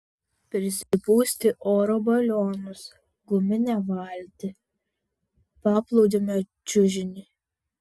prisipūsti oro balionus guminę valtį paplūdimio čiužinį